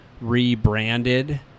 rebranded